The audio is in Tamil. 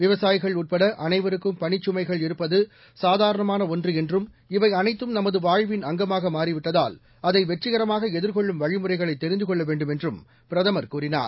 விவசாயிகள் உட்பட அனைவருக்கும் பணிச்கமைகள் இருப்பது சாதாரணமான ஒன்று என்றும் இவை அனைத்தும் நமது வாழ்வின் அங்கமாக மாறிவிட்டதால் அதை வெற்றிகரமாக எதிர்கொள்ளும் வழிமுறைகளை தெரிந்து கொள்ள வேண்டும் என்றும் பிரதமர் கூறினார்